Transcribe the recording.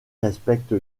respecte